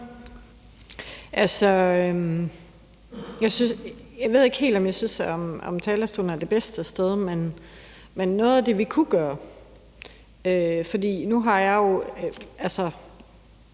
Jeg ved ikke helt, om jeg synes, at talerstolen er det bedste sted at gøre det, men der var noget andet, vi kunne gøre. For nu har jeg jo